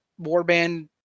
warband